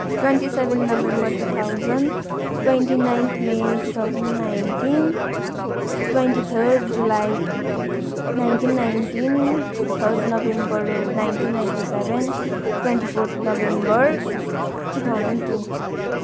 twenty seven November two thousand twenty ninth May two thousand nineteen twenty third July nineteen nineteen third November nineteen ninety seven twenty fourth November two thousand two